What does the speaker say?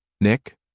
Nick